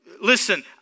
Listen